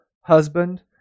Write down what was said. husband